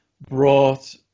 brought